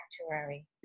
sanctuary